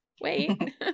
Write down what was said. wait